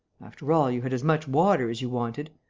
after all, you had as much water as you wanted.